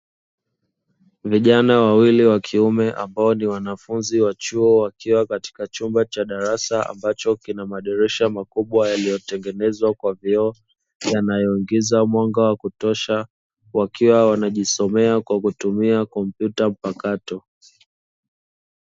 Vijana wawili wa kiume ambao ni wanafunzi wa chuo wakiwa katika chumba cha darasa ambacho kina madirisha makubwa yaliyotengenezwa kwa vioo yanayoingiza mwanga wa kutosha, wakiwa wanajisomea kwa kutumia kompyuta mpakato.